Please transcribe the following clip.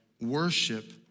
worship